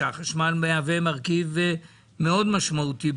והחשמל מהווה מרכיב מאוד משמעותי,